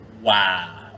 Wow